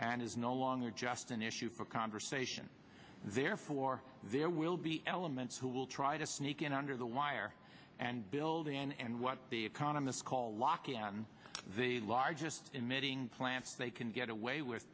and is no longer just an issue for conversation therefore there will be elements who will try to sneak in under the wire and build and what the economists call locking on the largest emitting plants they can get away with